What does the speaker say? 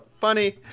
funny